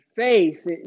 faith